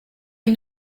est